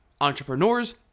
entrepreneurs